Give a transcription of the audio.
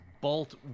bolt